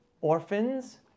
orphans